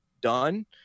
done